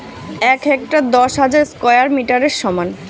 এক হেক্টার দশ হাজার স্কয়ার মিটারের সমান